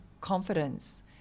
confidence